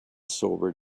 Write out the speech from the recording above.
sobered